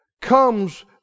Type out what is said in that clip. comes